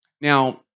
Now